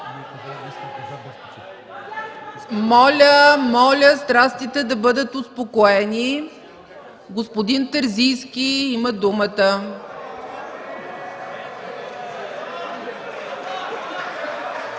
Моля, страстите да бъдат успокоени. Господин Терзийски има думата.